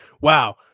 Wow